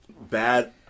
Bad